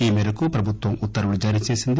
ఈ మేరకు ప్రభుత్వం ఉత్తర్వులు జారీచేసింది